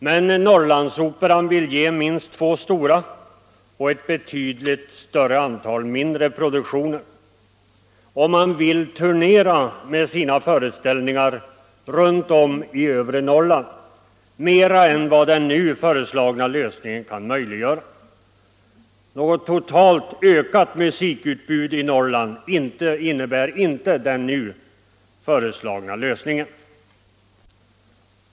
Men Norrlandsoperan vill ge minst två stora och ett betydligt större antal mindre produktioner. Och man vill turnera med sina föreställningar runt om i övre Norrland mera än vad den nu föreslagna lösningen kan möjliggöra. Något totalt ökat musikutbud i Norrland innebär inte den lösningen.